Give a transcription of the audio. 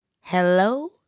Hello